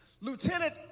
Lieutenant